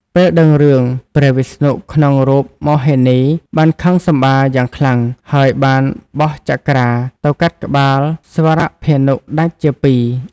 ពេលដឹងរឿង ព្រះវិស្ណុក្នុងរូបមោហិនី បានខឹងសម្បារយ៉ាងខ្លាំង ហើយបានបោះ ចក្រា ទៅកាត់ក្បាលស្វរភានុដាច់ជាពីរ។